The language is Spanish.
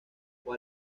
fue